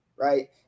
Right